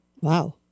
Wow